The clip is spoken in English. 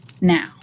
now